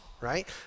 right